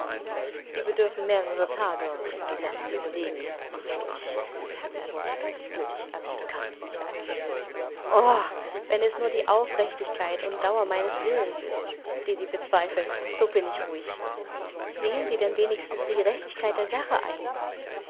sie bedürfen mehrerer tage um die sache zu überlegen bevor ich ihr wort als giltig annehmen kann o wenn es nur die aufrichtigkeit und dauer meines willens ist die sie bezweifeln so bin ich ruhig sehen sie denn wenigstens die gerechtigkeit der sache ein